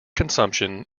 consumption